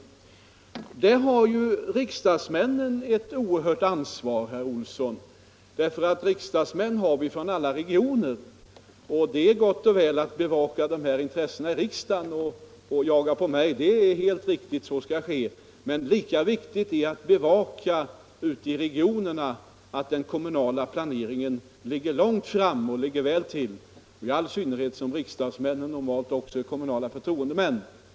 I detta sammanhang har riksdagsmännen ett oerhört ansvar, herr Olsson, eftersom vi har riksdagsmän från alla regioner. Det är gott och väl att bevaka dessa intressen i riksdagen och jaga på mig — det är helt riktigt. Men lika viktigt är att ute i regionerna bevaka att den kommunala planeringen ligger långt framme, i all synnerhet som riksdagsmännen normalt också är kommunala förtroendemän.